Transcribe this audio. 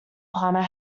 palmer